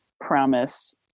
promise